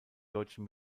deutschen